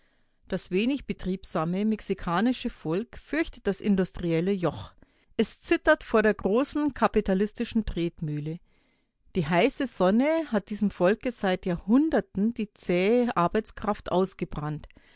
das wenig betriebsame mexikanische volk fürchtet das industrielle joch es zittert vor der großen kapitalistischen tretmühle die heiße sonne hat diesem volke seit jahrhunderten die zähe arbeitskraft ausgebrannt